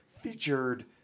featured